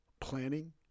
planning